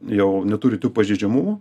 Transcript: jau neturi tų pažeidžiamumų